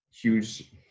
huge